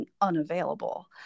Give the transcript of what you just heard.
unavailable